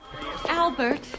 Albert